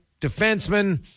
defenseman